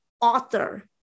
author